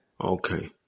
Okay